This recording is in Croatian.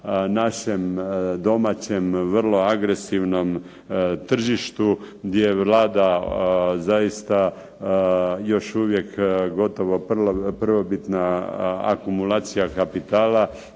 našem domaćem vrlo agresivnom tržištu gdje vlada zaista još uvijek gotovo prvobitna akumulacija kapitala